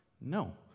No